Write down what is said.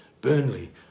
Burnley